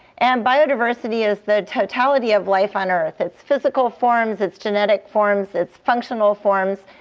and biodiversity is the totality of life on earth its physical forms, its genetic forms, its functional forms.